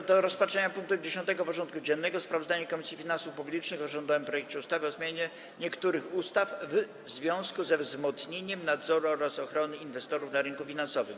Powracamy do rozpatrzenia punktu 10. porządku dziennego: Sprawozdanie Komisji Finansów Publicznych o rządowym projekcie ustawy o zmianie niektórych ustaw w związku ze wzmocnieniem nadzoru oraz ochrony inwestorów na rynku finansowym.